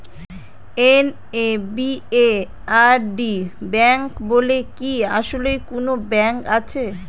NABARD bank বলে কি আসলেই কোনো ব্যাংক আছে?